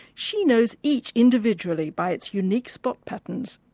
she knows each individually by its unique spot patterns.